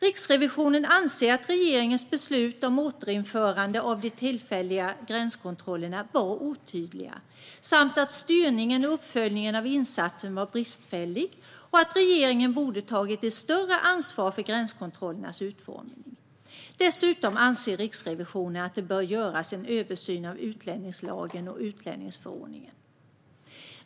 Riksrevisionen anser att regeringens beslut om återinförande av de tillfälliga gränskontrollerna var otydliga samt att styrningen och uppföljningen av insatsen var bristfällig och att regeringen borde tagit ett större ansvar för gränskontrollernas utformning. Dessutom anser Riksrevisionen att det bör göras en översyn av utlänningslagen och utlänningsförordningen.